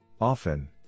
Often